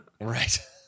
Right